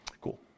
Cool